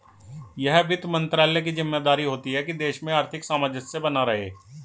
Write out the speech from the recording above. यह वित्त मंत्रालय की ज़िम्मेदारी होती है की देश में आर्थिक सामंजस्य बना रहे